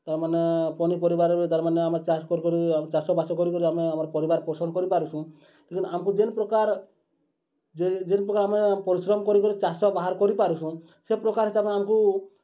ତା'ର୍ମାନେ ପନିପରିବାରେ ତା'ର୍ମାନେ ଆମେ ଚାଷ୍ କରିକରି ଚାଷବାସ କରିକିରି ଆମେ ଆମର୍ ପରିବାର୍ ପୋଷଣ କରିପାରୁଛୁଁ ତେଣୁ ଆମ୍କୁ ଯେନ୍ ପ୍ରକାର୍ ଯେ ଯେନ୍ ପ୍ରକାର୍ ଆମେ ପରିଶ୍ରମ୍ କରିକରି ଚାଷ ବାହାର୍ କରିପାର୍ସୁଁ ସେ ପ୍ରକାର୍ ହିସାବେ ଆମ୍କୁ